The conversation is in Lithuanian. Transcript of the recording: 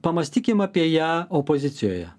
pamąstykim apie ją opozicijoje